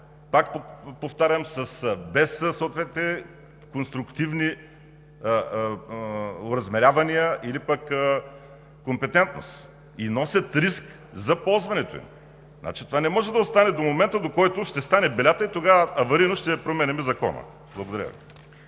пак повтарям: без съответните конструктивни оразмерявания или пък компетентност и носят риск за ползването им. Това не може да остане до момента, до който ще стане белята, и тогава аварийно ще променяме закона. Благодаря